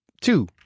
two